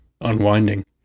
unwinding